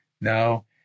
No